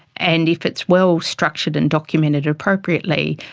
and if it's well-structured and documented appropriately,